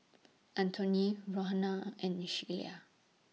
Antoine Rohana and Sheyla